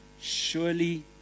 surely